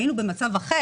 כי אז היינו במצב אחר,